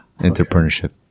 entrepreneurship